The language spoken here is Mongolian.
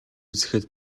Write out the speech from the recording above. үзэхэд